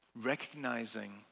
recognizing